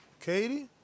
Katie